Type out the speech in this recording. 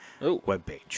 webpage